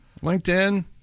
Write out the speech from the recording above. LinkedIn